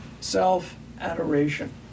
self-adoration